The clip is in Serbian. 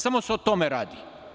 Samo se o tome radi.